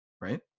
right